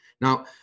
Now